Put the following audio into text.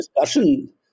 discussion